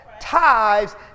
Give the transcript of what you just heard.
tithes